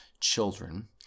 children